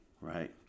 right